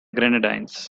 grenadines